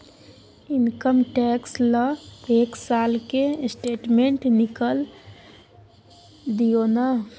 Income tax ल एक साल के स्टेटमेंट निकैल दियो न?